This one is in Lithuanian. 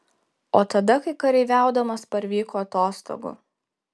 o tada kai kareiviaudamas parvyko atostogų